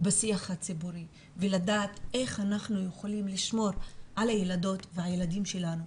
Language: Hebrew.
ובשיח הציבורי ולדעת איך אנחנו יכולים לשמור על הילדות והילדים שלנו,